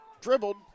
dribbled